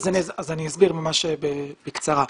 אני אסביר ממש בקצרה.